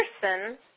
person